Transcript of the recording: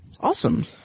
Awesome